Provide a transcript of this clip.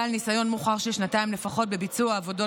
בעל ניסיון מוכח של שנתיים לפחות בביצוע עבודות